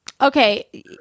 Okay